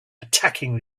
attacking